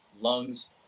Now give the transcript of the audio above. lungs